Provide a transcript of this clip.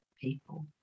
people